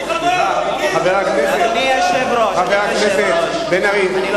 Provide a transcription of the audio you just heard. חבר הכנסת בן-ארי.